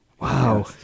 Wow